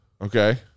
okay